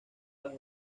las